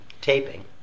taping